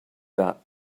that